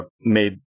made